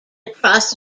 across